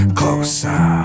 closer